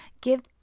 Give